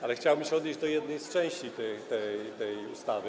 Ale chciałbym się odnieść do jednej części tej ustawy.